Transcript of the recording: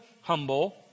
humble